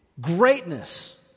greatness